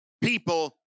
people